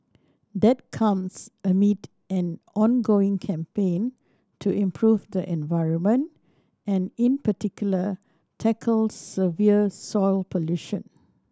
that comes amid an ongoing campaign to improve the environment and in particular tackle severe soil pollution